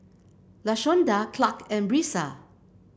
Lashonda Clarke and Brisa